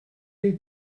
wyt